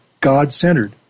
God-centered